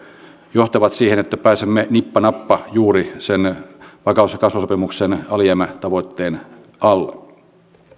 johtavat siihen että pääsemme nippa nappa juuri sen vakaus ja kasvusopimuksen alijäämätavoitteen alle